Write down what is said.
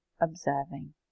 observing